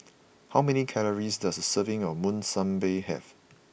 how many calories does a serving of Monsunabe have